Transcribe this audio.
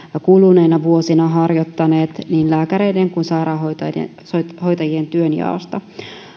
kuluneina vuosina harjoittaneet niin lääkäreiden kuin sairaanhoitajien työnjaossa